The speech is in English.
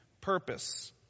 purpose